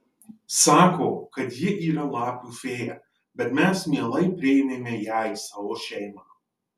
sako kad ji yra lapių fėja bet mes mielai priėmėme ją į savo šeimą